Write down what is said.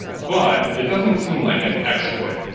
but it doesn't seem like an exploit